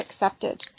accepted